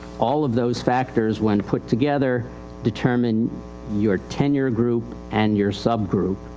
all of those factors when put together determine your tenure group and your sub-group,